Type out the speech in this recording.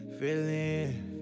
feeling